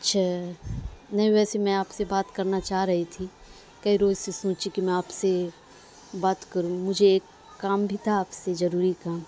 اچھا نہیں ویسے میں آپ سے بات کرنا چاہ رہی تھی کئی روز سے سوچی کہ میں آپ سے بات کروں مجھے ایک کام بھی تھا آپ سے ضروری کام